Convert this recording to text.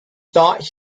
thought